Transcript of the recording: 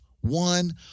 One